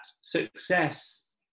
success